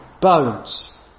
bones